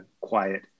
quiet